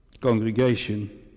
Congregation